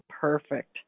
perfect